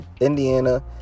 Indiana